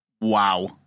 Wow